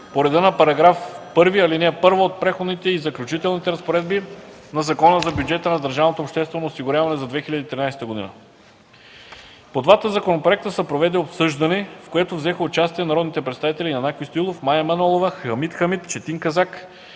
по реда на § 1, ал.1 от Преходните и заключителните разпоредби на Закона за бюджета на държавното обществено осигуряване за 2013 г. По двата законопроекта се проведе обсъждане, в което взеха участие народните представители Янаки Стоилов, Мая Манолова, Хамид Хамид и Четин Казак,